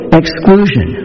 exclusion